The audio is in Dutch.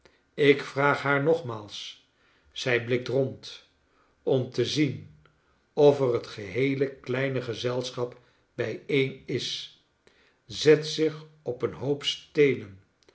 ik vraag haar nogmaals zij blikt rond om te zien of er het geheele kleine gezelschap bijeen is zet zich op een hoop steenen